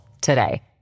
today